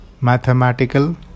mathematical